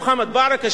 מוחמד ברכה,